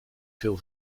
veel